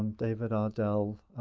um david ardell,